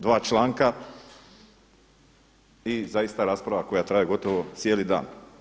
Dva članka i zaista rasprava koja traje gotovo cijeli dan.